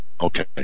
Okay